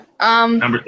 Number